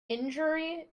injury